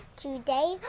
today